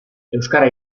euskara